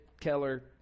Keller